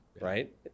right